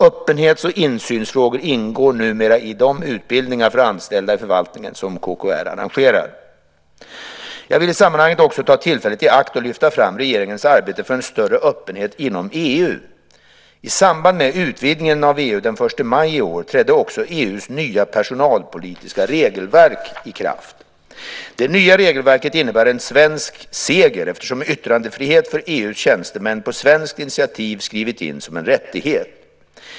Öppenhets och insynsfrågor ingår numera i de utbildningar för anställda i förvaltningen som KKR arrangerar. Jag vill i sammanhanget också ta tillfället i akt att lyfta fram regeringens arbete för en större öppenhet inom EU. I samband med utvidgningen av EU den 1 maj i år trädde också EU:s nya personalpolitiska regelverk i kraft. Det nya regelverket innebär en svensk seger, eftersom yttrandefrihet för EU:s tjänstemän på svenskt initiativ skrivits in som en rättighet.